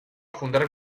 fundar